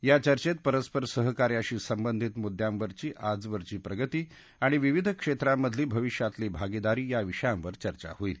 या चर्चेत परस्पर सहकार्याशी संबंधित मुद्यांवरची आजवरची प्रगती आणि विविध क्षेत्रांमधली भविष्यातली भागिदारी या विषयांवर चर्चा होईल